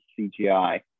CGI